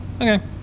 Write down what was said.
Okay